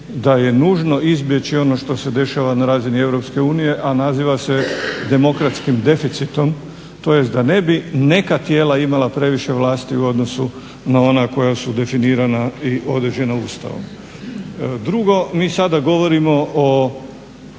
da je nužno izbjeći ono što se dešava na razini EU, a naziva se demokratskim deficitom, tj. da ne bi neka tijela imala previše vlasti u odnosu na ona koja su definirana i određena Ustavom. Drugo, mi sada govorimo o